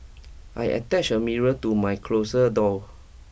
I attach a mirror to my closer door